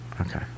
Okay